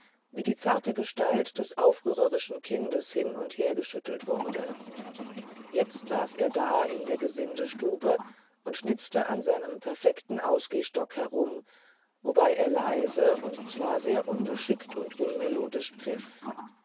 wie die zarte gestalt des aufrührerischen kindes hin und her geschüttelt wurde jetzt saß er da in der gesindestube und schnitzelte an seinem defekten ausgehstock herum wobei er leise und zwar sehr ungeschickt und unmelodisch pfiff